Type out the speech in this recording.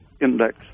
Index